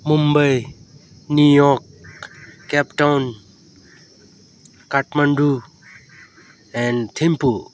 Mumbai New York Cape Town Kathmandu and Thimphu